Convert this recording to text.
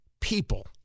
people